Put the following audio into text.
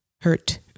hurt